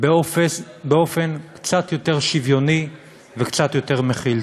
באופן קצת יותר שוויוני וקצת יותר מכיל.